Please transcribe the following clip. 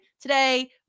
Today